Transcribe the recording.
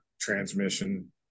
transmission